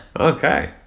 okay